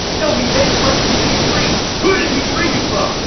no, he paid a price for you to be free. who did he free you from?